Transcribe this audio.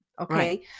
okay